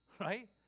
right